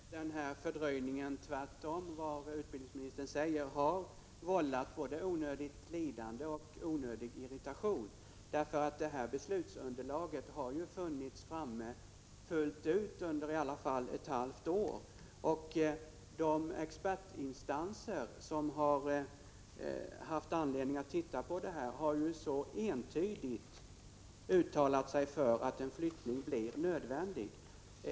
Herr talman! Jag är ganska övertygad om att denna fördröjning, tvärtom mot vad utbildningsministern säger, har vållat både onödigt lidande och onödig irritation. Beslutsunderlaget har ju funnits framme fullt ut under åtminstone ett halvt år, och de expertinstanser som har haft anledning att titta på det har ju entydigt uttalat sig för att en flyttning blir nödvändig.